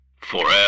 Forever